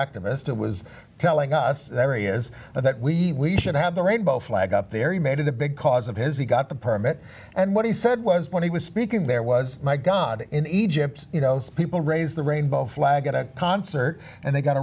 activist who was telling us every is that we should have the rainbow flag up there he made it a big cause of his he got the permit and what he said was when he was speaking there was my god in egypt you know those people raise the rainbow flag at a concert and they got